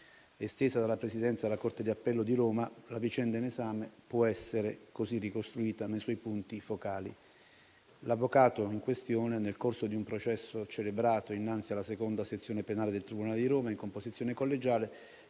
estesa dalla presidenza della Corte di appello di Roma, la vicenda in esame può essere così ricostruita nei suoi punti focali. L'avvocato in questione, nel corso di un processo celebrato innanzi alla seconda sezione penale del tribunale di Roma in composizione collegiale,